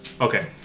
Okay